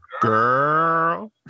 Girl